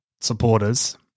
supporters